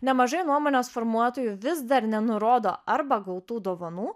nemažai nuomonės formuotojų vis dar nenurodo arba gautų dovanų